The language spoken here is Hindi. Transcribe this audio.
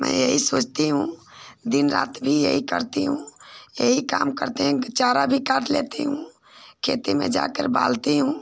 मैं यही सोचती हूँ दिन रात भी यही करती हूँ यही काम करते हैं कि चारा भी काट लेती हूँ खेत में जाकर बालती हूँ